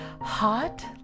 hot